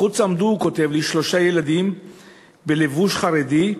בחוץ עמדו, הוא כותב לי, שלושה ילדים בלבוש חרדי,